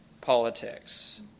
politics